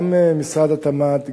גם משרד התמ"ת,